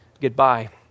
goodbye